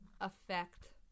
affect